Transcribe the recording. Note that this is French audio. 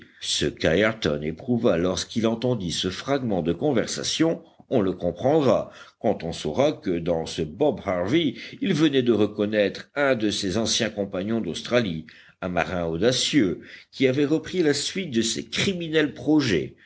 ce qu'ayrton éprouva lorsqu'il entendit ce fragment de conversation on le comprendra quand on saura que dans ce bob harvey il venait de reconnaître un de ses anciens compagnons d'australie un marin audacieux qui avait repris la suite de ses criminels projets